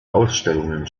ausstellungen